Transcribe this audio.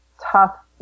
tough